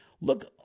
look